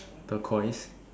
turquoise